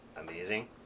amazing